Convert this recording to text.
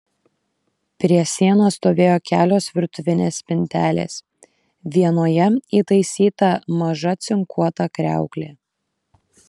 prie sienos stovėjo kelios virtuvinės spintelės vienoje įtaisyta maža cinkuota kriauklė